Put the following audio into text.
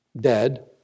dead